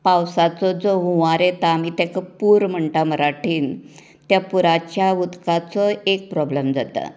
पावसाचो जो हुंवार येता आमी तेका पूर म्हणटा मराठीन त्या पुराच्या उदकाचो एक प्रोब्लेम जाता